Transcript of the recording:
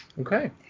Okay